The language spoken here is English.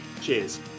Cheers